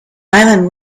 island